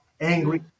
angry